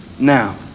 Now